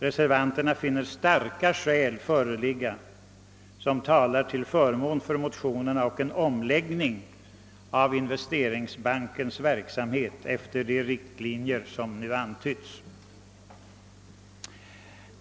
Reservanterna finner starka skäl tala till förmån för motionerna och en omläggning av Investeringsbankens verksamhet efter de riktlinjer som här antytts.